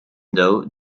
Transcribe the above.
though